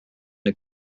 the